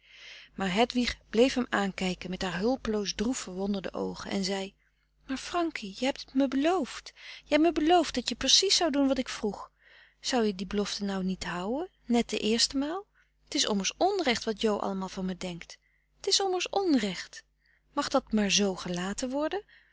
maar hedwig bleef hem aankijken met haar hulpeloos droef verwonderde oogen en zei maar frankie je hebt me beloofd je hebt me beloofd dat je precies zou doen wat ik vroeg zou je die belofte nou niet houë net de eerste maal t is ommers onrecht wat jo allemaal van me denkt t is ommers onrecht mag dat dan maar z gelaten worden